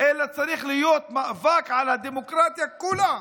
אלא צריך להיות מאבק על הדמוקרטיה כולה.